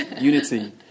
Unity